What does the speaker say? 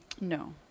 No